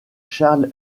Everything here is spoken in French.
charles